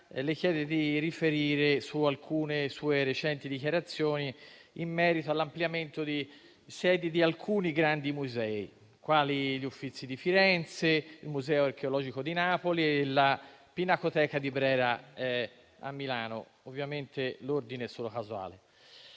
chiede di riferire su alcune sue recenti dichiarazioni in merito all'ampliamento di sedi di alcuni grandi musei, quali gli Uffizi di Firenze, il Museo archeologico di Napoli e la Pinacoteca di Brera a Milano. Ovviamente l'ordine è solo casuale.